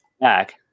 back